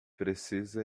precisa